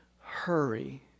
Hurry